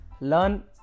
learn